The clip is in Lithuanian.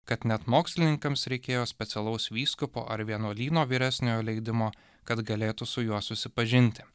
kad net mokslininkams reikėjo specialaus vyskupo ar vienuolyno vyresniojo leidimo kad galėtų su juo susipažinti